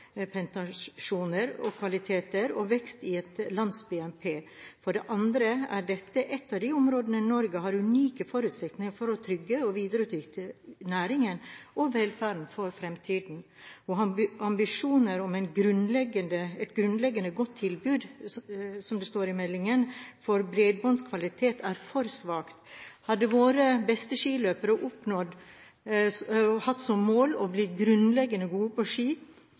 bredbåndspenetrasjon og bredbåndkvalitet og vekst i et lands BNP. For det andre er dette et av de områdene der Norge har unike forutsetninger for å trygge og videreutvikle næringer og velferden for fremtiden. Å ha ambisjon om «et bredbåndstilbud av grunnleggende god kvalitet» – som det står i meldingen – er for svakt. Hva hadde våre beste skiløpere oppnådd om målet var å bli «grunnleggende god» på ski?